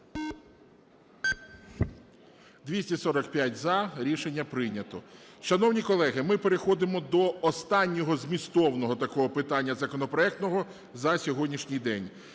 245 – за. Рішення прийнято. Шановні колеги, ми переходимо до останнього змістовного такого питання законопроектного за сьогоднішній день.